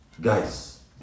Guys